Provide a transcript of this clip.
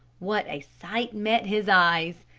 what a sight met his eyes!